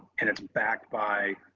and it's backed by